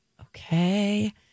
Okay